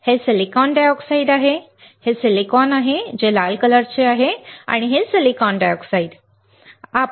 हे SiO2 आहे हे सिलिकॉन आहे हे फोटो लाल आहे हे सिलिकॉन डायऑक्साइड आहे